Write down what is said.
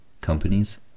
companies